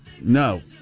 No